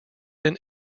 then